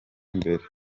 mbere